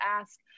ask